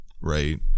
right